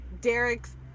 Derek's